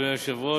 אדוני היושב-ראש,